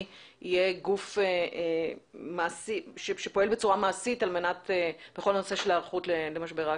יהיה גוף שפועל בצורה מעשית בכל הנושא של ההיערכות למשבר האקלים.